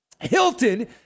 Hilton